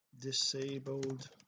disabled